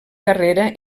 carrera